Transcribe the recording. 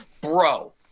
bro